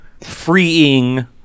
freeing